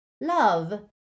Love